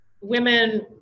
women